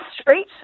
street